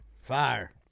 Fire